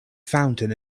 fountain